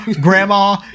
grandma